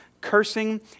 Cursing